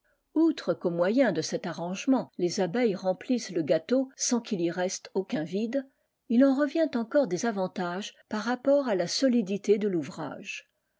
abeilles qu'au moyen de cet arrangement les abeilles remplissent le gâteau sans qu'il y reste aucun vide il en revient encore des avantages par rapport à la solidité de l'ouvrage